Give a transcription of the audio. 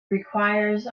requires